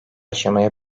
aşamaya